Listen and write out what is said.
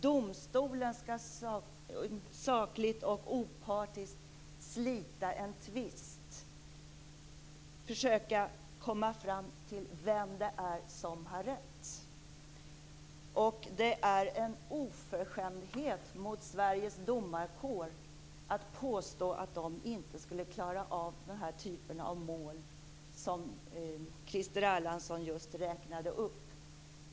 Domstolen skall sakligt och opartiskt slita en tvist och försöka komma fram till vem det är som har rätt. Det är en oförskämdhet mot Sveriges domarkår att påstå att den inte skulle klara av de typer av mål som Christer Erlandsson just räknade upp.